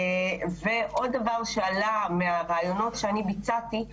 עוד דברים שעלה מהראיונות שאני ביצעתי הוא